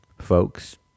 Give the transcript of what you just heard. folks